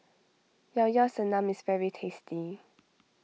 Llao Llao Sanum is very tasty